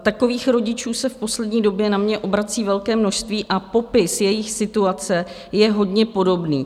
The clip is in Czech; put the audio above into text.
Takových rodičů se v poslední době na mě obrací velké množství a popis jejich situace je hodně podobný.